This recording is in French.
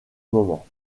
moment